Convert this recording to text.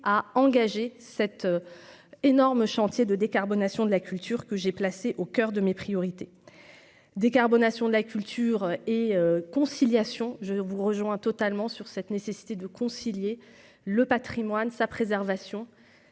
à engager cet énorme chantier de décarbonation de la culture, que j'ai placé au coeur de mes priorités décarbonation de la culture et conciliation, je vous rejoins totalement sur cette nécessité de concilier le Patrimoine sa préservation